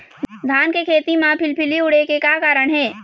धान के खेती म फिलफिली उड़े के का कारण हे?